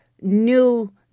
new